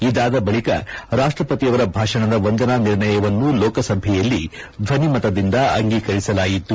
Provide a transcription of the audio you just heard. ಇದಾದ ಬಳಿಕ ರಾಷ್ಟಪತಿಯವರ ಭಾಷಣದ ವಂದನಾ ನಿರ್ಣಯವನ್ನು ಲೋಕಸಭೆಯಲ್ಲಿ ಧ್ವನಿಮತದಿಂದ ಅಂಗೀಕರಿಸಲಾಯಿತು